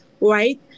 right